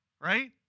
right